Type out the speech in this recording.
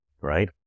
right